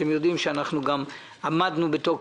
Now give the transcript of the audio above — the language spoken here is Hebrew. אנחנו יודעים שאנחנו גם עמדנו בתוקף,